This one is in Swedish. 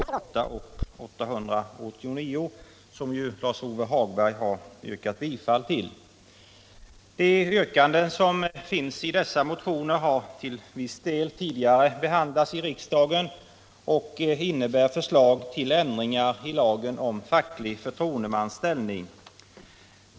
Herr talman! I arbetsmarknadsutskottets betänkande nr 6 behandlas bl.a. motionerna nr 228 och 889, som Lars-Ove Hagberg har yrkat bifall till. De yrkanden som finns i dessa motioner har till viss del tidigare behandlats i riksdagen och innebär förslag till ändringar i lagen om facklig förtroendemans ställning.